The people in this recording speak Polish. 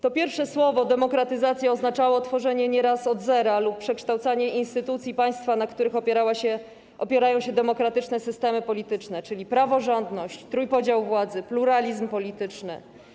To pierwsze słowo: demokratyzacja oznaczało tworzenie nieraz od zera lub przekształcanie instytucji państwa, na których opierają się demokratyczne systemy polityczne - praworządność, trójpodział władzy, pluralizm polityczny.